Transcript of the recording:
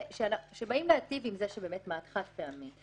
כשבאים להיטיב עם זה שמעד באופן חד-פעמי,